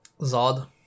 zod